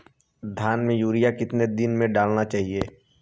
धान में यूरिया कितने दिन में डालना चाहिए?